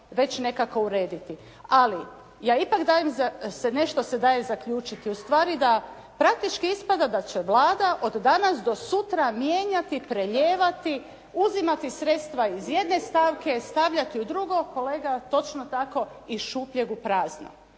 već nekako urediti, ali ja ipak dajem, nešto se daje zaključiti. Ustvari da, praktički ispada da će Vlada od danas do sutra mijenjati, prelijevati, uzimati sredstva iz jedne stavke, stavljati u drugo, kolega točno tako iz šupljeg u prazno.